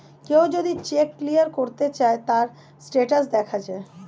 কেউ যদি check clear করতে চায়, তার স্টেটাস দেখা যায়